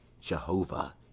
Jehovah